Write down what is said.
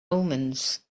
omens